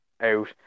out